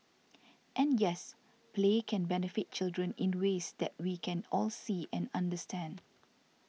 and yes play can benefit children in ways that we can all see and understand